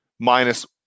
minus